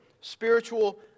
spiritual